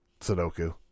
Sudoku